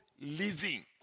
living